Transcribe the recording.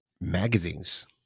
magazines